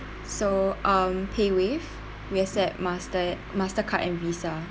so um payWave we accept master Mastercard and VISA